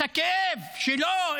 הכאב שלו,